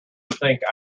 think